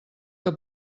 que